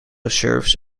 serves